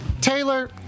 Taylor